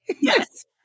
Yes